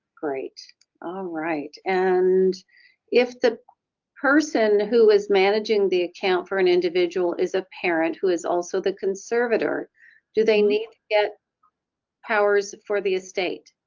great alright and if the person who is managing the account for an individual is a parent and who is also the conservator do they need get powers for the estate?